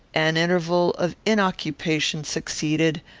an interval of inoccupation succeeded,